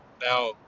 Now